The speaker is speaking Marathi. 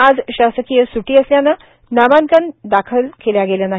आज शासकीय सुटी असल्याने नामांकन दाखल केल्या गेले नाही